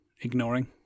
ignoring